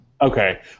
Okay